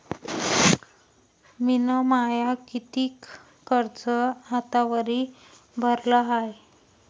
मिन माय कितीक कर्ज आतावरी भरलं हाय?